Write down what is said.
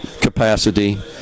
capacity